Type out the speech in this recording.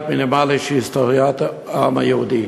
מינימלית של היסטוריית העם היהודי?